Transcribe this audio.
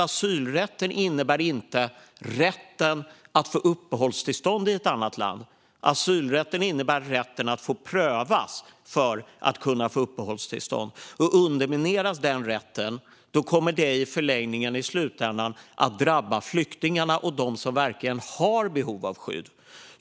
Asylrätten innebär inte rätten att få uppehållstillstånd i ett annat land. Asylrätten innebär rätten att få prövas för att kunna få uppehållstillstånd. Undermineras den rätten kommer det i förlängningen i slutändan att drabba flyktingarna och dem som verkligen har behov av skydd.